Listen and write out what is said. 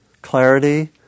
Clarity